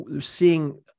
seeing